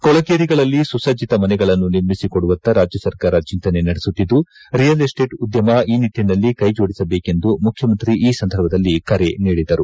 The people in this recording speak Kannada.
ಕೊಳಗೇರಿಗಳಲ್ಲಿ ಸುಸುಜ್ನತ ಮನೆಗಳನ್ನು ನಿರ್ಮಿಸಿ ಕೊಡುವತ್ತ ರಾಜ್ಯ ಸರ್ಕಾರ ಚಿಂತನೆ ನಡೆಸುತ್ತಿದ್ದುರಿಯಲ್ ಎಸ್ಸೇಟ್ ಉದ್ದಮ ಈ ನಿಟ್ಟನಲ್ಲಿ ಕೈ ಜೋಡಿಸಬೇಕೆಂದು ಮುಖ್ಯಮಂತ್ರಿ ಈ ಸಂದರ್ಭದಲ್ಲಿ ಕರೆ ನೀಡಿದರು